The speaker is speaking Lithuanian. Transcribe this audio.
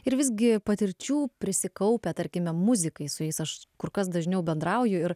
ir visgi patirčių prisikaupę tarkime muzikai su jais aš kur kas dažniau bendrauju ir